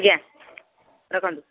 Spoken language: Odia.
ଆଜ୍ଞା ରଖନ୍ତୁ